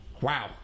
wow